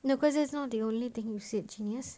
no cause it's not the only thing you said genius